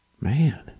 Man